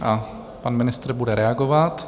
A pan ministr bude reagovat.